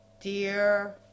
Dear